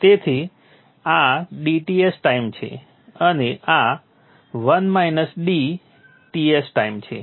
તેથી આ dTs time છે અને આ 1 - dTs ટાઈમ છે